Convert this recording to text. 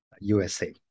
USA